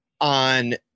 on